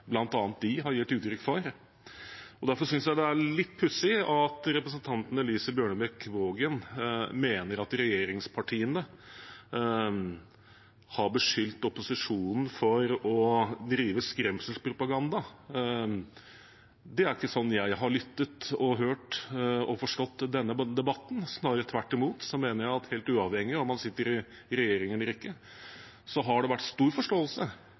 bl.a. de har gitt uttrykk for, og derfor synes jeg det er litt pussig at representanten Elise Bjørnebekk-Waagen mener at regjeringspartiene har beskyldt opposisjonen for å drive skremselspropaganda. Det er ikke slik jeg har lyttet, hørt og forstått denne debatten. Snarere tvert imot mener jeg at helt uavhengig av om man sitter i regjering eller ikke, har det vært stor forståelse